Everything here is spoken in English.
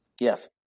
Yes